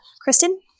Kristen